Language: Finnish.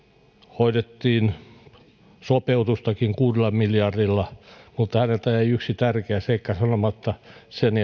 hoidettiin sopeutustakin kuudella miljardilla mutta häneltä jäi yksi tärkeä seikka sanomatta sen